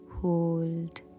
Hold